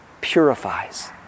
purifies